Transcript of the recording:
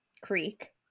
creek